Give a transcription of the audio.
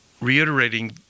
reiterating